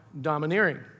domineering